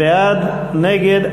בעד, נגד.